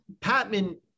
Patman